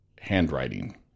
handwriting